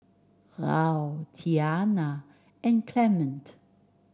Raul Tianna and Clement